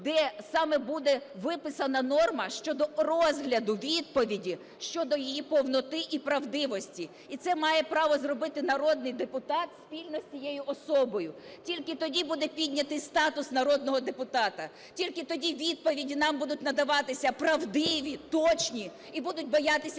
де саме буде виписана норма щодо розгляду відповіді щодо її повноти і правдивості. І це має право зробити народний депутат спільно з цією особою. Тільки тоді буде піднятий статус народного депутата. Тільки тоді відповіді нам будуть надаватися правдиві і точні, і будуть боятися